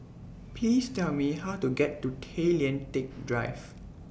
Please Tell Me How to get to Tay Lian Teck Drive